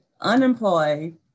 unemployed